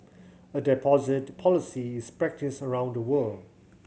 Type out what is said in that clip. a deposit policy is practised around the world